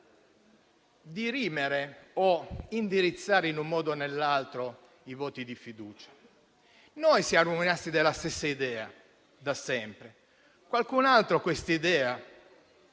dirimere o indirizzare in un modo o nell'altro i voti di fiducia. Noi siamo rimasti della stessa idea da sempre; qualcun altro questa idea